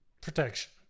Protection